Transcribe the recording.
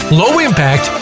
low-impact